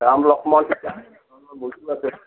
ৰাম লক্ষ্মণ সীতা এনে ধৰণৰ মূৰ্তিও আছে